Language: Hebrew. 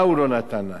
מה הוא לא נתן להם?